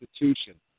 institution